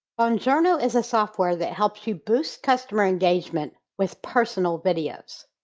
and you know is a software that helps you boost customer engagement with personal videos.